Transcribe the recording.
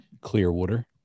Clearwater